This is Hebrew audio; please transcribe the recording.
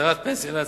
הסדרת פנסיה לעצמאים,